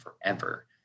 forever